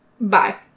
Bye